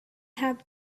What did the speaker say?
have